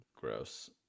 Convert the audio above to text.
Gross